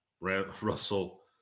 Russell